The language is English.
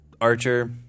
Archer